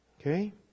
Okay